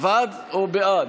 עבד או בעד?